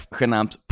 genaamd